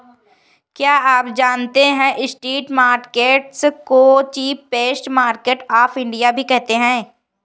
क्या आप जानते है स्ट्रीट मार्केट्स को चीपेस्ट मार्केट्स ऑफ इंडिया भी कहते है?